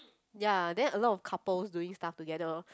ya then a lot of couples doing stuff together